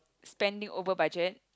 spent it over budget